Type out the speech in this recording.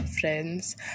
friends